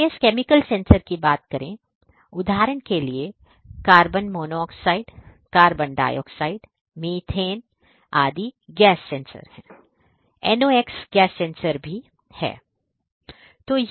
आई एस chemical sensor की बात करें उदाहरण के लिए carbon monoxide carbon dioxide methane gas sensor NOx gas sensor भी हैं